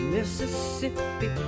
Mississippi